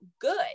good